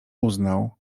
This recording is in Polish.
uznał